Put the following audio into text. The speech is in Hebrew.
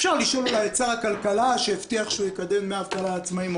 אפשר לשאול אולי את שר הכלכלה שהבטיח שהוא יקדם דמי אבטלה לעצמאים,